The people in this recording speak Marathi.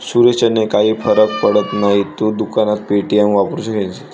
सुरेशने काही फरक पडत नाही, तू दुकानात पे.टी.एम वापरून घेशील